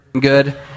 good